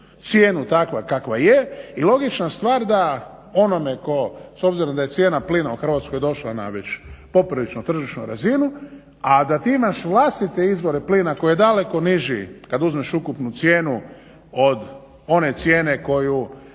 cijenu takvu kakva je. I logična stvar da onome to, s obzirom da je cijena plina u Hrvatskoj došla na već popriličnu tržišnu razinu a da ti imaš vlastite izvore plina koji je daleko niži kad uzmeš ukupnu cijenu od one cijene koju